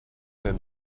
him